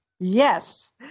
Yes